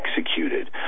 executed